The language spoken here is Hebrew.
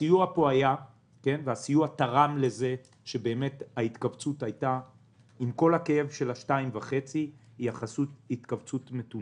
הסיוע היה והוא תרם לכך שעם כל הכאב של 2.5% ההתכווצות היא יחסית מתונה.